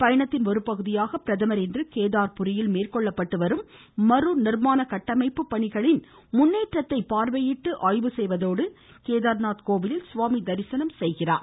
பயணத்தின் ஒருபகுதியாக பிரதமர் இன்று கேதார்புரியில் இந்த மேற்கொள்ளப்பட்டுவரும் மறு நிர்மாண கட்டமைப்பு பணிகளின் முன்னேற்றத்தை பார்வையிடுவதோடு கேதார்நாத் கோயிலில் சுவாமி தரிசனம் செய்கிறார்